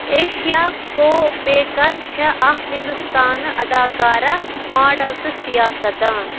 ایشا کوپِیکَر چھےٚ اَکھ ہِنٛدوستانہٕ اَداکارہ، ماڈل تہٕ سِیاست دان